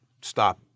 stop